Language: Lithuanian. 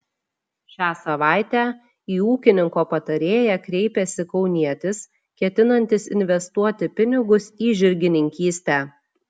šią savaitę į ūkininko patarėją kreipėsi kaunietis ketinantis investuoti pinigus į žirgininkystę